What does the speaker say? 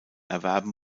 erwerben